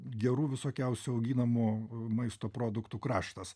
gerų visokiausių auginamų maisto produktų kraštas